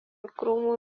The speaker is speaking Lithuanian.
krūmų